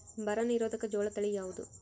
ಬರ ನಿರೋಧಕ ಜೋಳ ತಳಿ ಯಾವುದು?